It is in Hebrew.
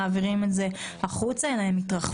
ומעבירים את זה החוצה אלא הם מתרחבים.